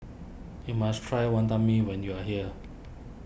you must try Wantan Mee when you are here